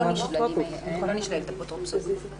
לא נשללת אפוטרופסות.